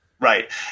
Right